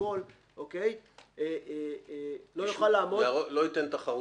פרוטוקול לא יוכל לעמוד --- לא ייתן תחרות בסוף.